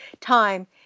time